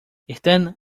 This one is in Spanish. están